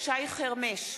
שי חרמש,